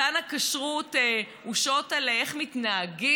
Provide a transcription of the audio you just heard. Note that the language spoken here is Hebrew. מתן הכשרות הוא שוט על איך מתנהגים,